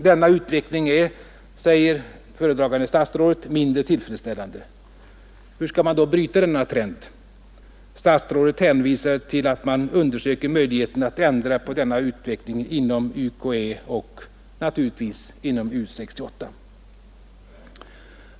Denna utveckling är, säger föredragande statsrådet, mindre tillfredsställande. Hur skall man då bryta denna trend? Statsrådet hänvisar till att man undersöker möjligheten att ändra på denna utveckling inom UKÄ och — naturligtvis — inom U 68.